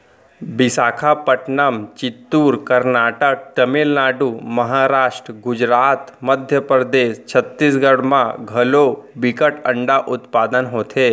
बिसाखापटनम, चित्तूर, करनाटक, तमिलनाडु, महारास्ट, गुजरात, मध्य परदेस, छत्तीसगढ़ म घलौ बिकट अंडा उत्पादन होथे